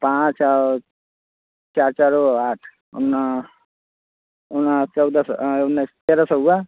पाँच और चार चार ओ आठ चौदह सौ उन्नीस तेरह सौ हुआ